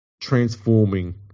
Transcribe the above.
transforming